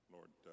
Lord